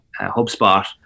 HubSpot